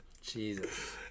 Jesus